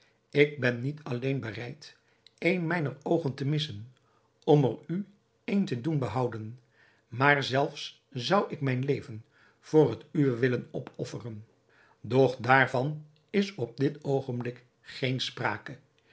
ik ben niet alleen bereid een mijner oogen te missen om er u een te doen behouden maar zelfs zou ik mijn leven voor het uwe willen opofferen doch daarvan is op dit oogenblik geen sprake